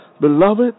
Beloved